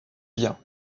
bien